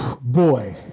Boy